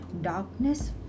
darkness